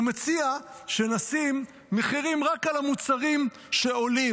הוא מציע שנשים מחירים רק על המוצרים שעולים.